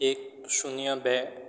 એક શૂન્ય બે